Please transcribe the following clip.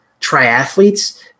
triathletes